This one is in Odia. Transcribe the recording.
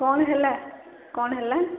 କ'ଣ ହେଲା କ'ଣ ହେଲା